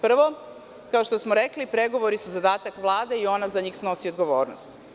Prvo, kao što smo rekli pregovori su zadatak Vlade i ona za njih snosi odgovornost.